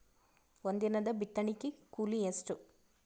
ಒಂದಿನದ ಬಿತ್ತಣಕಿ ಕೂಲಿ ಎಷ್ಟ?